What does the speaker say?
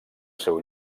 seu